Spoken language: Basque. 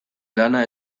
lana